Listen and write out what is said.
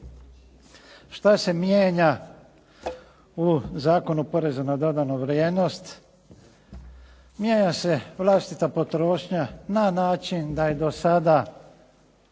Šta se mijenja u Zakonu u porezu na dodanu vrijednost? Mijenja se vlastita potrošnja na način da je do sada